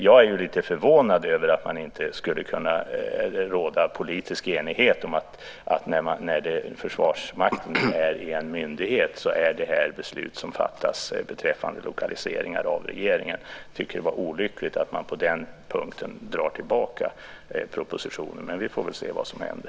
Jag är lite förvånad över att det inte skulle kunna råda politisk enighet om att när det gäller Försvarsmakten som myndighet fattas sådana här beslut beträffande lokaliseringar av regeringen. Jag tycker att det är olyckligt att man på den punkten drar tillbaka propositionen. Men vi får väl se vad som händer.